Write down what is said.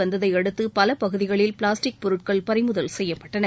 வந்ததையடுத்து பல பகுதிகளில் பிளாஸ்டிக் பொருட்கள் பறிமுதல் செய்யப்பட்டன